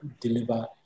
deliver